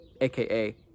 aka